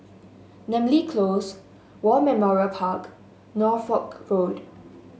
Namly Close War Memorial Park Norfolk Road